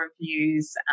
reviews